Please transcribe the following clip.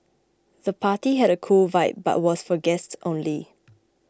the party had a cool vibe but was for guests only